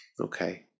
Okay